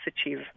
achieve